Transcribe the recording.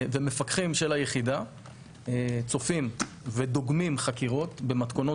ומפקחים של היחידה צופים ודוגמים חקירות במתכונות